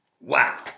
Wow